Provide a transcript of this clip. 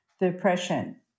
Depression